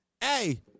Hey